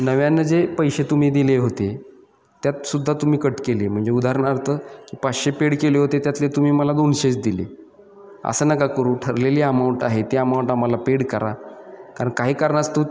नव्यानं जे पैसे तुम्ही दिले होते त्यातसुद्धा तुम्ही कट केले म्हणजे उदाहरणार्थ पाचशे पेड केले होते त्यातले तुम्ही मला दोनशेच दिले असं नका करू ठरलेली अमाऊंट आहे त्या अमाऊंट आम्हाला पेड करा कारण काही कारणास्तव